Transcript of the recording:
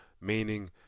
Meaning